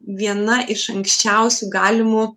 viena iš anksčiausių galimų